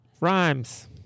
rhymes